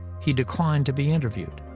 he declined to be interviewed.